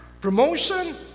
Promotion